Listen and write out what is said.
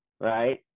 right